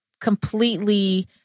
completely